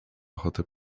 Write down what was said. ochotę